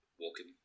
Walking